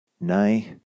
nay